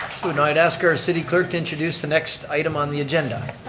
now, i'd ask our city clerk to introduce the next item on the agenda.